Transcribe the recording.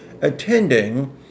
attending